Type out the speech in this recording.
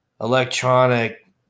electronic